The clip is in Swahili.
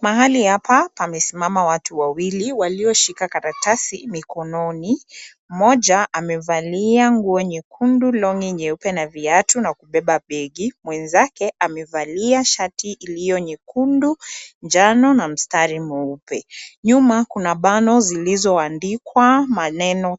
Mahali hapa pamesimama watu wawili waliyoshika karatasi mkononi , moja amevalia nguo nyekundu longi nyeupe na viatu na kupepa begi, mwenzake amevalia shati ilionyekundu njano na mistari mweupe. Nyuma kuna bango zilizoandikwa maneno